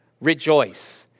Rejoice